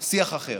שיח אחר.